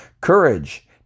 Courage